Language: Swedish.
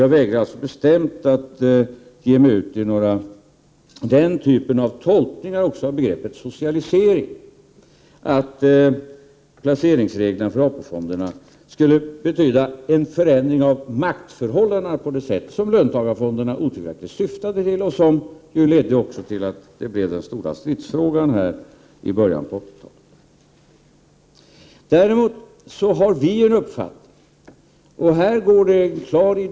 Jag vägrar bestämt att ge mig ut i den typen av tolkningar av begreppet socialisering, att placeringsreglerna för AP-fonderna skulle betyda en förändring av maktförhållandena på det sättet som löntagarfonderna otvivelaktigt syftade till. Det ledde ju också till att det blev den stora stridsfrågan i början av 1980-talet.